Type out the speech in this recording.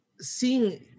Seeing